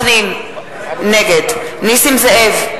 נגד יצחק וקנין, נגד נסים זאב,